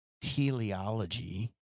teleology